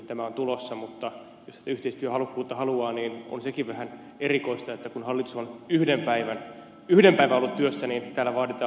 tämä on tulossa mutta jos sitä yhteistyöhalukkuutta haluaa niin on sekin vähän erikoista että kun hallitus on yhden päivän ollut työssä niin täällä vaaditaan hallituksen eroa annetaan epäluottamus hallitukselle